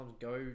go